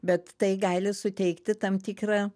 bet tai gali suteikti tam tikrą